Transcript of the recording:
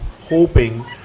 hoping